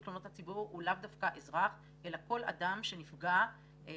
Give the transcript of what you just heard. תלונות הציבור הוא לאו דווקא אזרח אלא כל אדם שנפגע מאיזשהו